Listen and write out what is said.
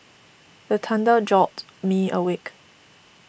the thunder jolt me awake